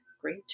great